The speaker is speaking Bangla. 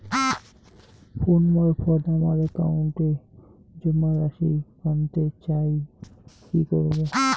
ফোন মারফত আমার একাউন্টে জমা রাশি কান্তে চাই কি করবো?